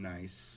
Nice